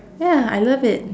ya I love it